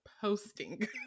posting